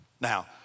Now